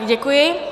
Děkuji.